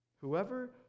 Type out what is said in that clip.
Whoever